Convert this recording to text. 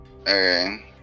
Okay